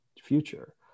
future